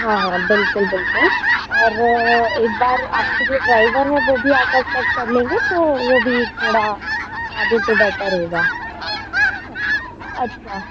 हाँ हाँ बिल्कुल बिल्कुल और एकबार आपके जो ड्राइवर है वो भी आकर चेक कर लेंगे तो वो भी थोड़ा बता दे तो बेटर रहेगा हैं ना अच्छा